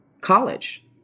college